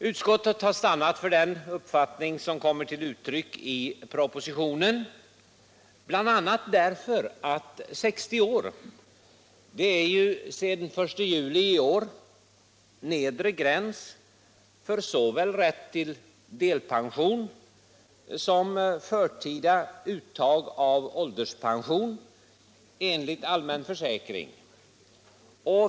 Utskottet har stannat för den uppfattning som kommer till uttryck i propositionen, bl.a. därför att 60 år sedan den 1 juli i år är nedre gräns för såväl rätt till delpension som förtida uttag av ålderspension enligt allmän försäkring.